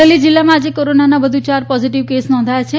અમરેલી જીલ્લામાં આજે કોરોનાના વધુ ચાર પોઝીટીવ કેસ નોંધાયા છે